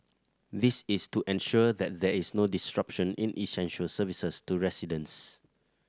this is to ensure that there is no disruption in essential services to residents